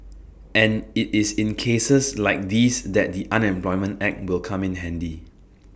and IT is in cases like these that the unemployment act will come in handy